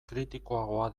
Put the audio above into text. kritikoagoa